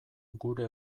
gure